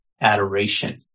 adoration